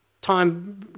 Time